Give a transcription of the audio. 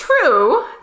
True